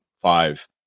five